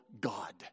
God